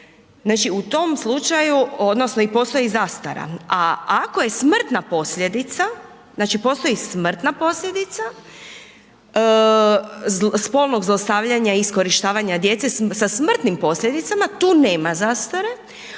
odrasla osoba odnosno postoji i zastara, a ako je smrtna posljedica, znači postoji smrtna posljedica spolnog zlostavljanja i iskorištavanja djece sa smrtnim posljedicama tu nema zastare,